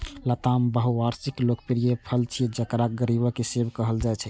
लताम बहुवार्षिक लोकप्रिय फल छियै, जेकरा गरीबक सेब कहल जाइ छै